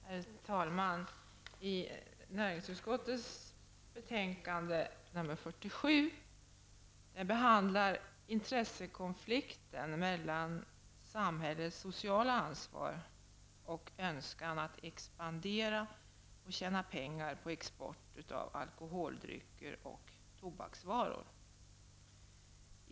Herr talman! I näringsutskottets betänkande nr 47 behandlas intressekonflikten mellan samhällets sociala ansvar och önskan att expandera och tjäna pengar på export av alkoholdrycker och tobaksvaror.